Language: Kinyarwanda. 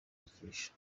gushakisha